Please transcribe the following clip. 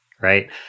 right